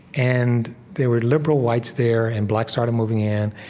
and there were liberal whites there. and blacks started moving in.